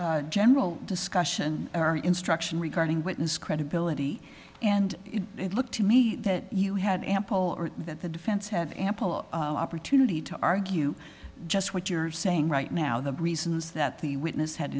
a general discussion or instruction regarding witness credibility and it looked to me that you had ample or that the defense had ample opportunity to argue just what you're saying right now the reasons that the witness had